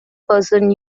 person